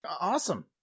Awesome